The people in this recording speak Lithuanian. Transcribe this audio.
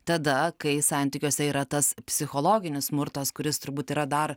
tada kai santykiuose yra tas psichologinis smurtas kuris turbūt yra dar